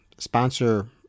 sponsor